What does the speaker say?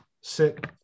sit